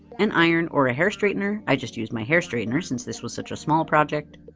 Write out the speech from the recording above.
an iron, or a hair straightener. i just used my hair straightener, since this was such a small project.